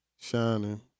Shining